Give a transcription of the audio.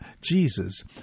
Jesus